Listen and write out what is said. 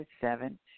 seven